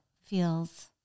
feels